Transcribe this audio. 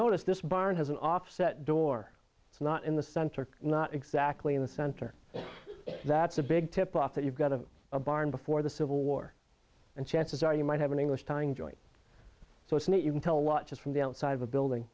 notice this barn has an offset door it's not in the center not exactly in the center that's a big tipoff that you've got of a barn before the civil war and chances are you might have an english tying joint so it's not you can tell a lot just from the outside of a building